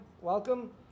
welcome